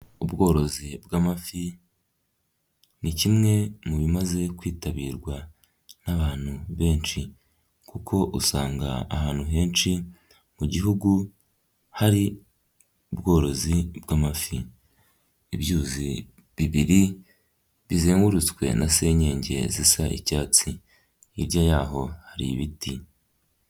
Ubworozi bw'amafi, ni kimwe mu bimaze kwitabirwa n'abantu benshi, kuko usanga ahantu henshi mu gihugu hari ubworozi bw'amafi. Ibyuzi bibiri bizengurutswe na senyenge zisa icyatsi, hirya yaho hari ibiti.